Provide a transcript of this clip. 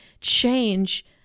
change